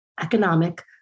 economic